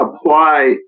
apply